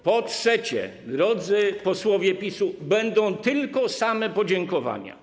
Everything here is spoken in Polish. Po trzecie, drodzy posłowie PiS-u, będą tylko same podziękowania.